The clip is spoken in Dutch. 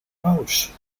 paus